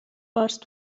warst